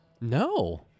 No